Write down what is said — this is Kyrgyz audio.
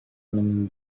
менен